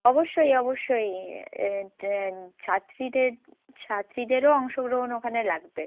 অবশ্যই অবশ্যই ছাত্রীদের ছাত্রীদেরও অংশগ্রহণ ওখানে লাগবে